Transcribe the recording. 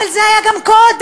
אבל זה היה גם קודם.